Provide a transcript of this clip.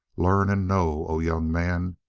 learn and know, o young man!